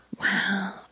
Wow